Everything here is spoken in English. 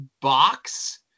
box